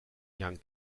young